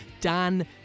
Dan